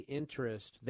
interest